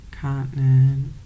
continent